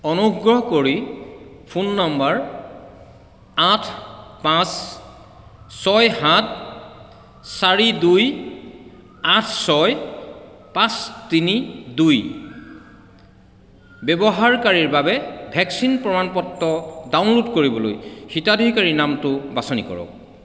অনুগ্ৰহ কৰি phone number আঠ পাঁচ ছয় সাত চাৰি দুই আঠ ছয় পাঁচ তিনি দুই ব্যৱহাৰকাৰীৰ বাবে ভেকচিন প্ৰমাণ পত্ৰ ডাউনলোড কৰিবলৈ হিতাধিকাৰীৰ নামটো বাছনি কৰক